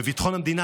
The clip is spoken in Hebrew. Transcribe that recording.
בביטחון המדינה,